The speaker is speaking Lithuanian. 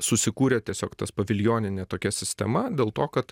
susikūrė tiesiog tas paviljoninė tokia sistema dėl to kad